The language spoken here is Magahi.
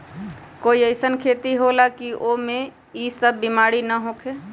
कोई अईसन खेती होला की वो में ई सब बीमारी न होखे?